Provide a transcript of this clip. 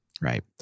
Right